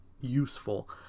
useful